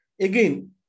Again